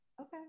Okay